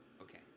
Okay